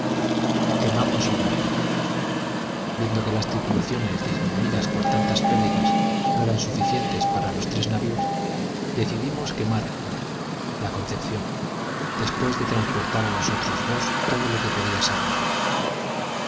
zubu quemamos un navio viendo que las tripulaciones disminuidas por tantas pérdidas no eran suficientes para los tres navios decidimos quemar uno la concepción después de transportar a los otros dos todo lo que podía sernos útil